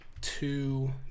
two